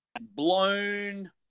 blown